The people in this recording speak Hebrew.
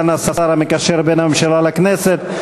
סגן השר המקשר בין הממשלה לכנסת.